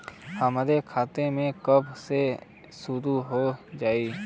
हमार खाता कब से शूरू हो जाई?